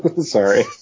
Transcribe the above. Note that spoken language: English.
Sorry